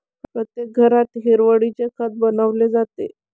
प्रत्येक घरात हिरवळीचे खत बनवले जाते